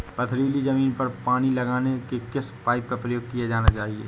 पथरीली ज़मीन पर पानी लगाने के किस पाइप का प्रयोग किया जाना चाहिए?